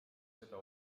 seda